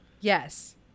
Yes